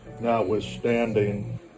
Notwithstanding